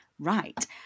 Right